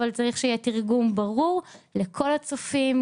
אבל צריך שיהיה תרגום ברור לכל הצופים,